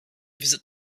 visit